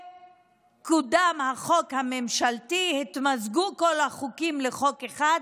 וקודם החוק הממשלתי, התמזגו כל החוקים לחוק אחד.